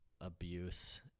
abuse